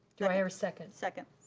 do i hear a second? second.